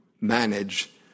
manage